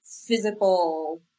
physical